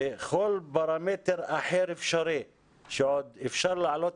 וכל פרמטר אחר אפשרי שעוד אפשר להעלות